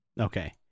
Okay